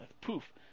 Poof